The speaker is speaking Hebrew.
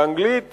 באנגלית